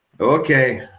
Okay